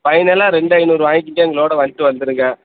ஃபைனலாக ரெண்டு ஐந்நூறு வாங்கிக்கங்க எங்களோடு வந்துட்டு வந்துடுங்க